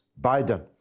Biden